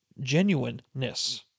genuineness